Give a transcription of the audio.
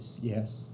Yes